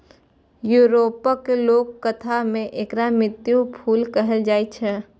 यूरोपक लोककथा मे एकरा मृत्युक फूल कहल जाए छै